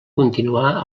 continuar